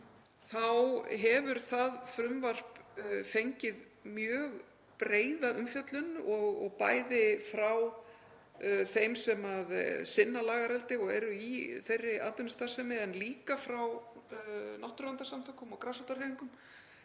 þá hefur það frumvarp fengið mjög breiða umfjöllun, bæði frá þeim sem sinna lagareldi og eru í þeirri atvinnustarfsemi en líka frá náttúruverndarsamtökum og grasrótarhreyfingum